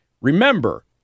Remember